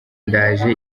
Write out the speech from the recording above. ndaje